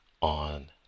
on